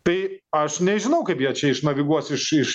tai aš nežinau kaip jie čia išnaviguos iš iš